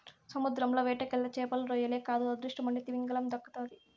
సముద్రంల వేటకెళ్తే చేపలు, రొయ్యలే కాదు అదృష్టముంటే తిమింగలం దక్కతాది